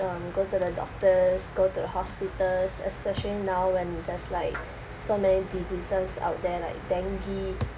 um go to the doctors go to the hospitals especially now when there's like so many diseases out there like dengue